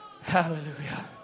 hallelujah